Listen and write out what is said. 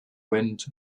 wind